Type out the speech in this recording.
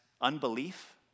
unbelief